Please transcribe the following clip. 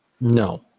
No